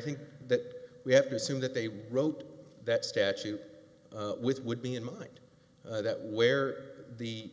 think that we have to assume that they wrote that statute which would be in mind that where the